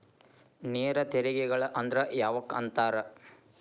ನೇರ ತೆರಿಗೆಗಳ ಅಂದ್ರ ಯಾವಕ್ಕ ಅಂತಾರ